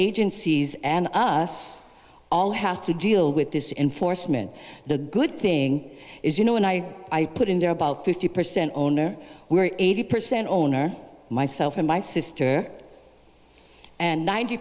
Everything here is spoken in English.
agencies and us all have to deal with this in forstmann the good thing is you know when i put in there about fifty percent owner where eighty percent owner myself and my sister and ninety